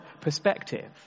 perspective